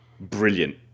brilliant